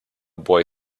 boy